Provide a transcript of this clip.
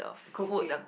the cooking